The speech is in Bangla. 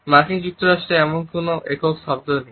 মার্কিন যুক্তরাষ্ট্রের জন্য এমন কোন একক শব্দ নেই